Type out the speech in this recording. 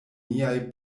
niaj